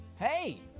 Hey